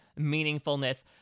meaningfulness